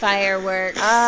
Fireworks